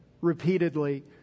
repeatedly